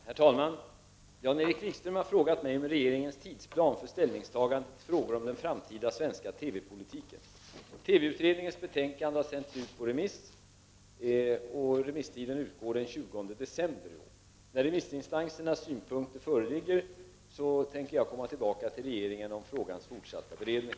Herr talman! Jan-Erik Wikström har frågat mig om regeringens tidsplan för ställningstagande till frågor om den framtida svenska TV-politiken. TV-utredningens betänkande har sänts ut på remiss, och remisstiden utgår den 20 december 1989. När remissinstansernas synpunkter föreligger avser jag att komma tillbaka till regeringen angående frågans fortsatta beredning.